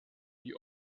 die